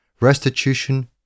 Restitution